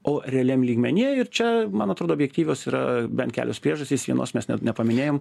o realiam lygmenyje ir čia man atrodo objektyvios yra bent kelios priežastys vienos mes ne nepaminėjom